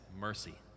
mercy